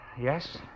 yes